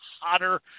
hotter